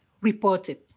reported